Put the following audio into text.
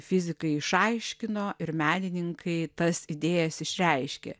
fizikai išaiškino ir menininkai tas idėjas išreiškė